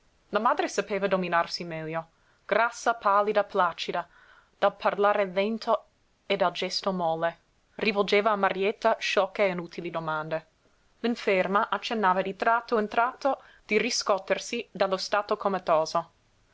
la madre sapeva dominarsi meglio grassa pallida placida dal parlare lento e dal gesto molle rivolgeva a marietta sciocche e inutili domande l'inferma accennava di tratto in tratto di riscotersi dallo stato comatoso